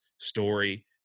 story